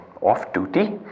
off-duty